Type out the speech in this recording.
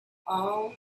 all